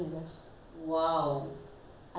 I never see people like that before you know